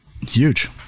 Huge